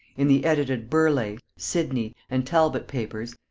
in the edited burleigh, sidney, and talbot papers,